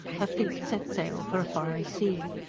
her fleet set sail for a foreign sea.